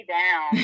down